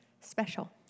special